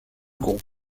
groupe